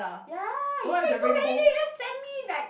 ya you take so many then you just send me like